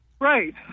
Right